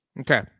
Okay